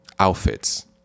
outfits